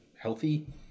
healthy